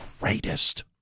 greatest